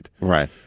right